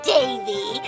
Davy